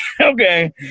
okay